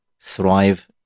thrive